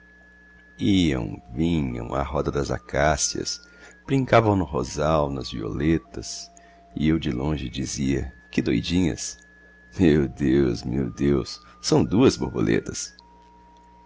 iam vinham à roda das acácias brincavam no rosal nas violetas e eu de longe dizia que doidinhas meu deus meu deus são duas borboletas